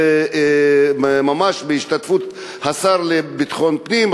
ממש בהשתתפות השר לביטחון פנים,